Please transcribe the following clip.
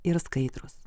ir skaidrūs